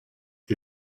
ils